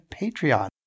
Patreon